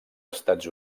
estats